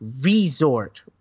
Resort